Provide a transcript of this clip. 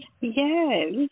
Yes